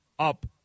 up